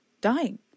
dying